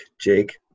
jake